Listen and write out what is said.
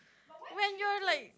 when you're like